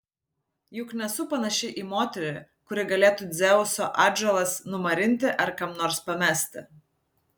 juk nesu panaši į moterį kuri galėtų dzeuso atžalas numarinti ar kam nors pamesti